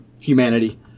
humanity